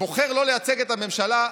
בוחר שלא לייצג את הממשלה,